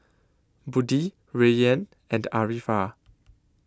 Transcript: Budi Rayyan and Arifa